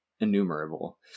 innumerable